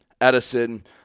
Edison